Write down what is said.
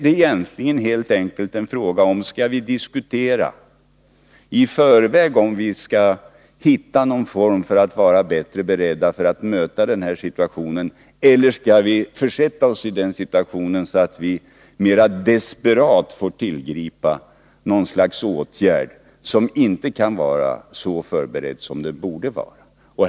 Det är egentligen helt enkelt en fråga om huruvida vi i förväg skall diskutera om vi kan hitta någon metod för att vara bättre förberedda att möta denna situation eller om vi skall försätta oss i det läget att vi mera desperat får tillgripa någon åtgärd, som inte kan vara så förberedd som den borde vara.